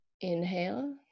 Inhale